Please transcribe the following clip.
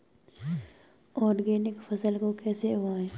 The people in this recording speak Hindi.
ऑर्गेनिक फसल को कैसे उगाएँ?